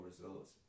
results